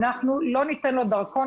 אנחנו לא ניתן לו דרכון,